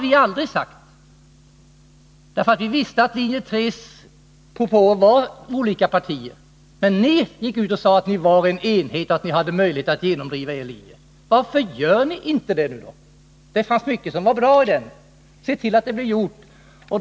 Vi har aldrig sagt detta, eftersom vi visste att det bakom linje 3:s propåer stod olika partier. Men ni gick ut och sade att ni bildade en enhet och hade möjlighet att genomdriva er linje. Varför gör ni inte detta då? Det fanns mycket som var bra i den linjen.